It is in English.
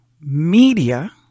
media